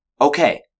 Okay